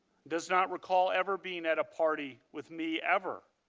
does not recall ever being at a party with me ever.